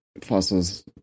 fossils